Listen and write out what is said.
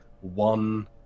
one